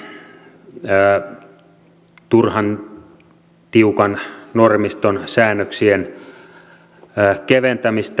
kannatan turhan tiukan normiston säännöksien keventämistä